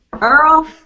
Earl